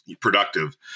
productive